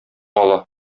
ала